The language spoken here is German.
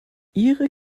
ihre